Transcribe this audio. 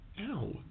Ow